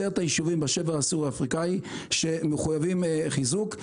היישובים בשבר הסורי-אפריקני שמחויבים בחיזוק.